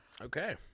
Okay